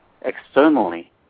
externally